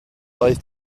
oedd